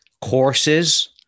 courses